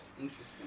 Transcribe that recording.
Interesting